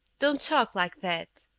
don't talk like that,